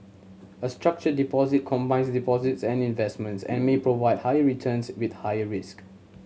a structured deposit combines deposits and investments and may provide higher returns with higher risk